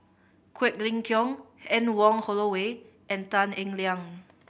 Quek Ling Kiong Anne Wong Holloway and Tan Eng Liang